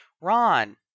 Ron